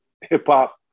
hip-hop